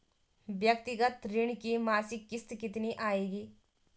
व्यक्तिगत ऋण की मासिक किश्त कितनी आएगी?